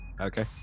Okay